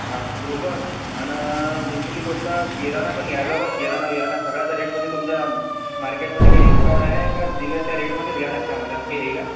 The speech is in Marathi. हा तो पण आणि दुसरी गोष्ट किराणा पण घ्यायचा होता किराणा बिराणा सगळ्याचा रेट म्हणजे तुमचा मार्केटमध्ये काही डिस्काउंट आहे का दिल्या त्या रेटमध्येच घ्यावं लागतं आम्हाला असं काही आहे का